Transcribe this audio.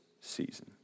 season